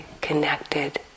connected